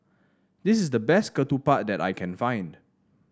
this is the best ketupat that I can find